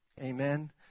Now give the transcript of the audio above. Amen